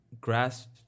grasp